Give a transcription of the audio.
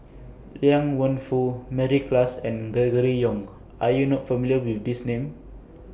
Liang Wenfu Mary Klass and Gregory Yong Are YOU not familiar with These Names